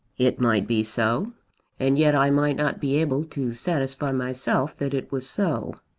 it might be so and yet i might not be able to satisfy myself that it was so.